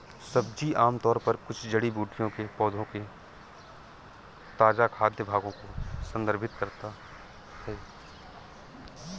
सब्जी आमतौर पर कुछ जड़ी बूटियों के पौधों के ताजा खाद्य भागों को संदर्भित करता है